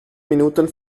minuten